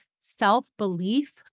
self-belief